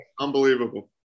unbelievable